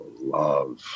love